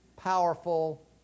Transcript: powerful